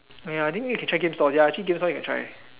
ya I think you can check in store ya actually check in store you can try